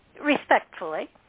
respectfully